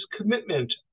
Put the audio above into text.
commitment